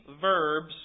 verbs